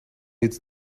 its